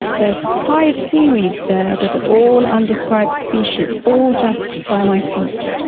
there's five seaweeds there that are all undescribed species, all just by my feet,